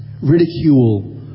ridicule